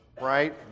right